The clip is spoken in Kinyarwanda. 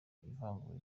ivangura